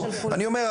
אני אומר,